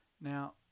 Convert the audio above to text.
now